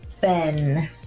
Ben